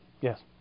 Yes